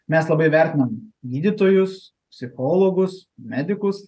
mes labai vertinam gydytojus psichologus medikus